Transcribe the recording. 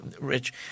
Rich